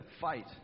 fight